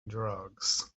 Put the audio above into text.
drugs